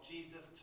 Jesus